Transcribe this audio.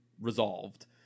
resolved